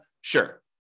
Sure